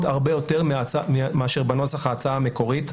הרבה יותר מאשר בנוסח ההצעה המקורית.